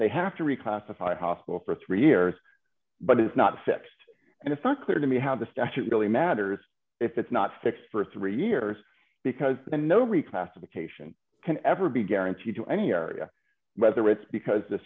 they have to reclassify hospital for three years but it's not fixed and it's not clear to me how the statute really matters if it's not fixed for three years because the no reclassification can ever be guaranteed to any area whether it's because the